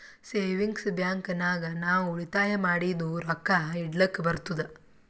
savings bank ನಾಗ್ ನಾವ್ ಉಳಿತಾಯ ಮಾಡಿದು ರೊಕ್ಕಾ ಇಡ್ಲಕ್ ಬರ್ತುದ್